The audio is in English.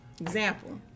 Example